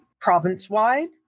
Province-wide